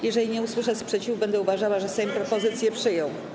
Jeżeli nie usłyszę sprzeciwu, będę uważała, że Sejm propozycję przyjął.